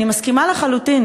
אני מסכימה לחלוטין,